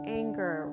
anger